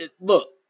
Look